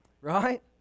Right